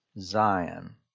Zion